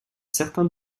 certains